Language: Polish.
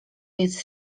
jest